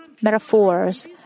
metaphors